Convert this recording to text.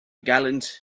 gallant